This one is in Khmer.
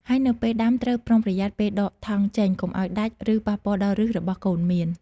ហើយនៅពេលដាំត្រូវប្រុងប្រយ័ត្នពេលដកថង់ចេញ កុំឱ្យដាច់ ឬប៉ះពាល់ដល់ឫសរបស់កូនមៀន។